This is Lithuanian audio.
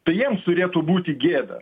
tai jiems turėtų būti gėda